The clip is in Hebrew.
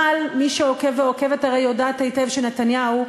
אבל מי שעוקב ועוקבת הרי יודעת היטב שנתניהו,